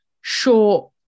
short